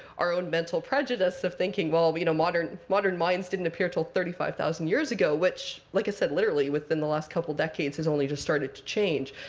our own mental prejudice of thinking, well, but you know modern modern minds didn't appear till thirty five thousand years ago, which, like i said, literally, within the last couple of decades has only just started to change.